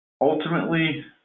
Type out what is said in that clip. ultimately